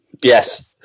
Yes